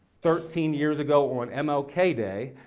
thirteen years ago on m l k. day,